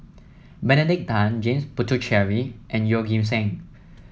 Benedict Tan James Puthucheary and Yeoh Ghim Seng